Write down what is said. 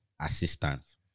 assistance